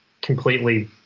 completely